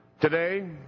today